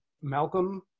Malcolm